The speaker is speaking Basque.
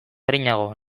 arinago